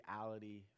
reality